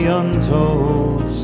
untold